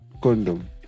condom